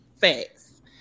Facts